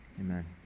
Amen